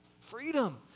Freedom